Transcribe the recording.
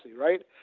right